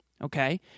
okay